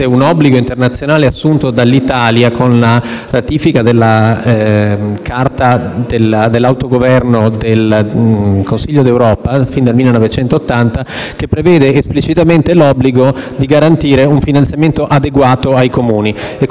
un obbligo internazionale, assunto dall'Italia con la ratifica della Carta europea dell'autonomia locale del Consiglio d'Europa, fin dal 1985, che prevede esplicitamente l'obbligo di garantire un finanziamento adeguato ai Comuni.